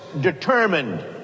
determined